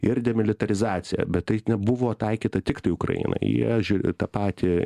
ir demilitarizacija bet tai nebuvo taikyta tiktai ukrainai jie žiūri tą patį